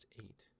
eight